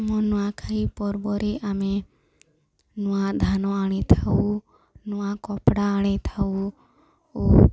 ଆମ ନୂଆଖାଇ ପର୍ବରେ ଆମେ ନୂଆ ଧାନ ଆଣିଥାଉ ନୂଆ କପଡ଼ା ଆଣିଥାଉ ଓ